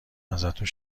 ازتون